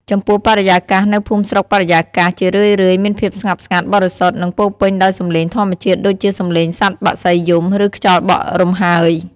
ចំពោះ បរិយាកាស នៅភូមិស្រុកបរិយាកាស ជារឿយៗមានភាពស្ងប់ស្ងាត់ បរិសុទ្ធ និងពោរពេញដោយសំឡេងធម្មជាតិដូចជាសំឡេងសត្វបក្សីយំ ឬខ្យល់បក់រំហើយ។